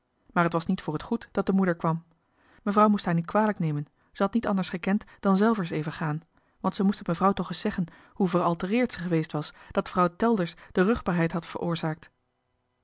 maar het was niet voor t goed dat de moeder kwam johan de meester de zonde in het deftige dorp mevrouw moest haar niet kwalijk nemen ze had niet anders gekend dan zelvers even gaan want ze moest het mevrouw toch es zeggen hoe veraltereerd ze geweest was dat vrouw telders de ruch'baarheid had feroorzaakt